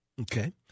Okay